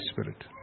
Spirit